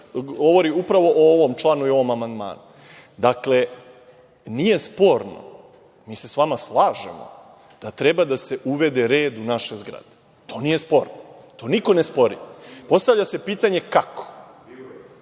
govori upravo o ovom članu i o ovom amandmanu. Dakle, nije sporno, mi se sa vama slažemo da treba da se uvede red u naše zgrade. To nije sporno, to niko ne spori, ali ostavlja se pitanje - kako?